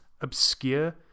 obscure